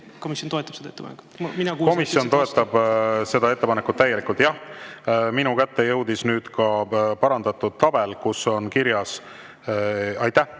Komisjon toetab seda ettepanekut täielikult. Jah, minu kätte jõudis nüüd ka parandatud tabel – aitäh